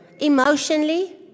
emotionally